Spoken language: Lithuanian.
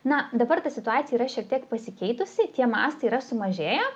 na dabar ta situacija yra šiek tiek pasikeitusi tie mastai yra sumažėję